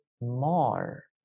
more